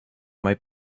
might